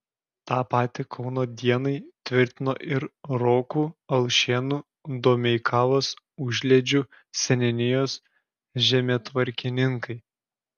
tą patį kauno dienai tvirtino ir rokų alšėnų domeikavos užliedžių seniūnijos žemėtvarkininkai